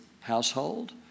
household